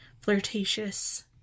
flirtatious